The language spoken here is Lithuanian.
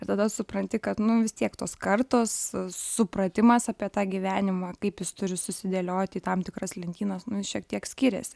ir tada supranti kad nu vis tiek tos kartos supratimas apie tą gyvenimą kaip jis turi susidėlioti į tam tikras lentynas nu šiek tiek skiriasi